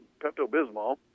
Pepto-Bismol